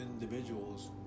individuals